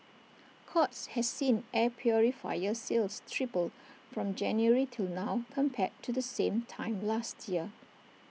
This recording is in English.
courts has seen air purifier sales triple from January till now compared to the same time last year